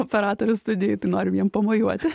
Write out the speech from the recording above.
operatorių studijoj tai norim jiem pamojuoti